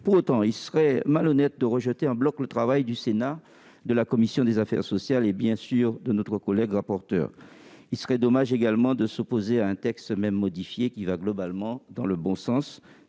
Pour autant, il serait malhonnête de rejeter en bloc le travail du Sénat, de la commission des affaires sociales et, bien sûr, de notre collègue rapporteur. Il serait dommage également de s'opposer à un texte, même modifié, qui va globalement dans le bon sens.